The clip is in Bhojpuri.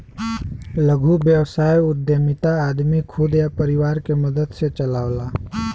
लघु व्यवसाय उद्यमिता आदमी खुद या परिवार के मदद से चलावला